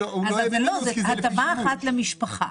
זה הטבה אחת למשפחה.